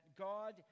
God